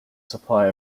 supply